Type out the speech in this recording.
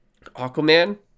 aquaman